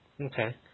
Okay